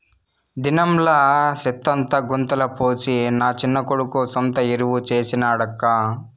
దినంలా సెత్తంతా గుంతల పోసి నా చిన్న కొడుకు సొంత ఎరువు చేసి నాడక్కా